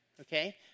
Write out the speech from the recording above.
okay